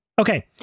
Okay